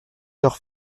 leurs